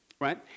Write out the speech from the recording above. right